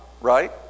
right